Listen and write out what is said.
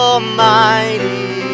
Almighty